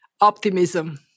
Optimism